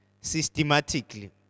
systematically